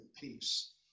peace